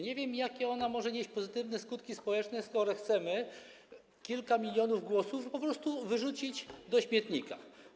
Nie wiem, jakie ona może nieść pozytywne skutki społeczne, skoro chcemy kilka milionów głosów po prostu wyrzucić do śmietnika.